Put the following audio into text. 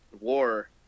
War